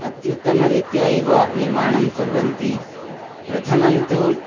अत्युत्तमरीत्या एव निर्माणं कुर्वन्ति प्रथमं तु